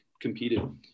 competed